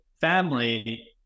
family